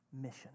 mission